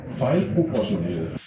fejlproportioneret